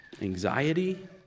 anxiety